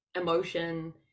emotion